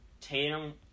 Tatum